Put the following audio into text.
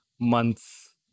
months